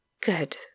good